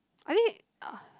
I think ah